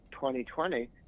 2020